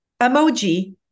emoji